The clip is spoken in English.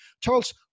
Charles